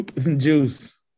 Juice